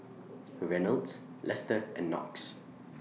Reynolds Lester and Knox